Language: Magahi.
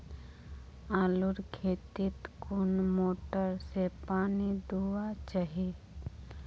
आलूर खेतीत कुन मोटर से पानी दुबा चही?